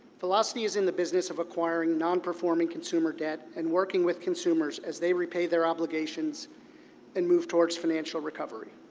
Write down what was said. velocity is in the business of acquiring non-performing consumer debt and working with consumers as they repay their obligations and move towards financial recovery.